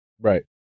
Right